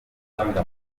ishinga